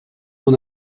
mon